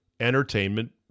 Entertainment